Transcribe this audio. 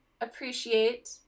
appreciate